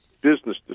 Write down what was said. business